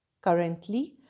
Currently